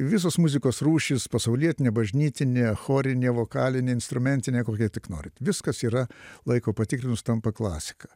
visos muzikos rūšis pasaulietinė bažnytinė chorinė vokalinė instrumentinė kokia tik nori viskas yra laiko patikrinus tampa klasika